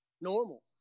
normal